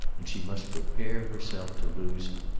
and she must prepare herself to lose him.